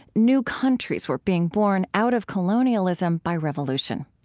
new countries were being born out of colonialism by revolution.